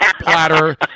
platter